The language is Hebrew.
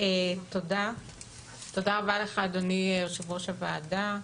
תודה רבה לך אדוני יו"ר הוועדה,